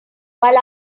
while